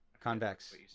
Convex